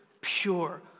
pure